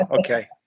Okay